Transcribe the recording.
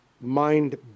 Mind